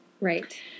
Right